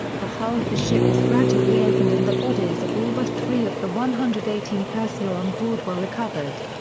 the hull of the ship was gradually opened and the bodies of all but three of the one hundred and eighteen personnel on board were recovered.